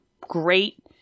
great